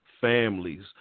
families